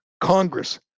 Congress